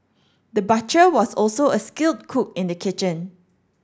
the butcher was also a skilled cook in the kitchen